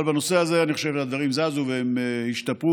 אבל בנושא הזה אני חושב שהדברים זזו והם השתפרו,